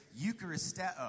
Eucharisteo